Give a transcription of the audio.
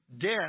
death